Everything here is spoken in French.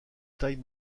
taille